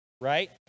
right